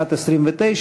13:29,